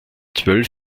zwölf